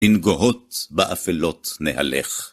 אין גוהות באפלות נהלך.